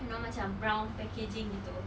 you know macam brown packaging gitu